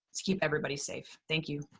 to keep everybody safe. thank you.